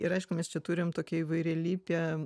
ir aišku mes čia turim tokią įvairialypę